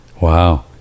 wow